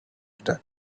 that